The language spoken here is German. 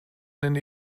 nenne